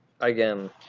again